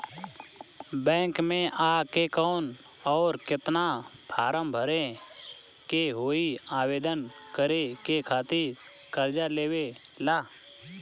Bank मे आ के कौन और केतना फारम भरे के होयी आवेदन करे के खातिर कर्जा लेवे ला?